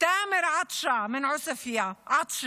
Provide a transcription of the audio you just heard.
תאמר עטשי מעספייא,